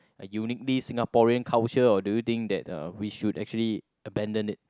a uniquely Singaporean culture or do you think that uh we should actually abandon it